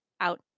out